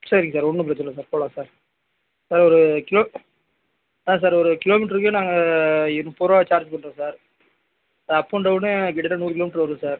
சரிங்க சார் ஒன்றும் பிரச்சனை இல்லை சார் போகலாம் சார் சார் ஒரு கிலோ சார் சார் ஒரு கிலோமீட்டர்க்கு நாங்கள் முப்பது ரூபா சார்ஜ் பண்ணுறோம் sir sir up and down கிட்டத்தட்ட நூறு கிலோமீட்டர் வரும் சார்